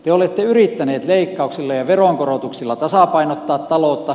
te olette yrittäneet leikkauksilla ja veronkorotuksilla tasapainottaa taloutta